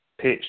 pitch